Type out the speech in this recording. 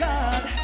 God